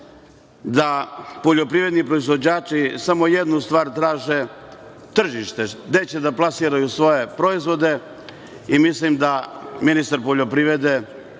da poljoprivredni proizvođači samo jednu stvar traže – tržište, gde će da plasiraju svoje proizvode i mislim da ministar poljoprivrede